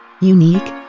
unique